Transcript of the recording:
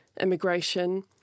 immigration